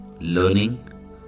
learning